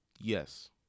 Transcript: Yes